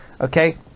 okay